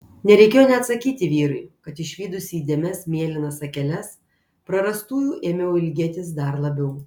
nereikėjo net sakyti vyrui kad išvydusi įdėmias mėlynas akeles prarastųjų ėmiau ilgėtis dar labiau